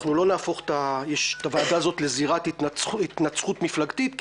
אנחנו לא נהפוך את הוועדה הזאת לזירת התנצחות מפלגתית,